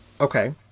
Okay